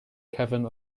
kevin